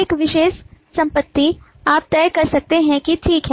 एक विशेष संपत्ति आप तय कर सकते हैं कि ठीक है